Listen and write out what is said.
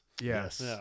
Yes